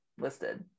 listed